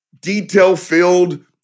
detail-filled